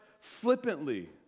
flippantly